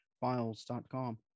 Files.com